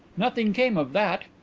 nothing came of that.